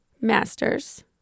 Masters